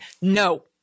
No